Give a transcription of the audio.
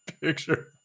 picture